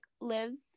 lives